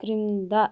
క్రింద